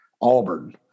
Auburn